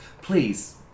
Please